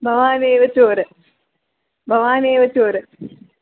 भवानेव चोरः भवानेव चोरः